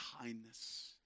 kindness